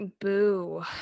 Boo